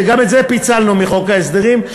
וגם את זה פיצלנו מחוק ההסדרים,